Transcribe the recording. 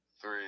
Three